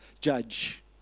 judge